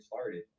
started